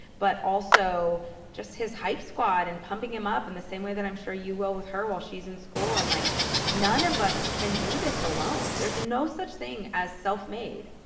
but also just his hype squad and pumping him up in the same way that i'm sure you will with her while she's in school, unlike none of us can do this alone. there's no such thing as self-made